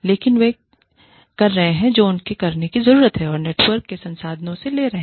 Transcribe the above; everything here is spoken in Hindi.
लेकिन वे वह कर रहे हैं जो उनको करने की जरूरत है और वे नेटवर्क के संसाधनों से ले रहे हैं